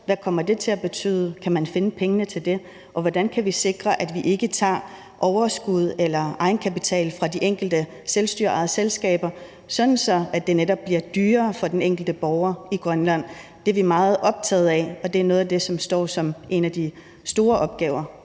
det kommer til at betyde. Kan man finde pengene til det, og hvordan kan vi sikre, at vi ikke tager overskud eller egenkapital fra de enkelte selvstyreejede selskaber, sådan at det netop ikke bliver dyrere for den enkelte borger i Grønland? Det er vi meget optaget af, og det er noget af det, som står som en af de store opgaver,